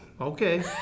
okay